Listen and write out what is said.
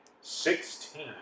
Sixteen